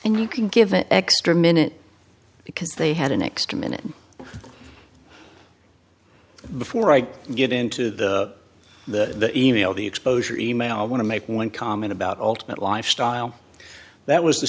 and you can give an extra minute because they had an extra minute before i get into the the e mail the exposure e mail i want to make one comment about alternate lifestyle that was the